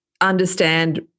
understand